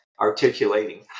articulating